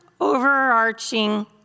overarching